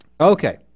Okay